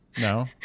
No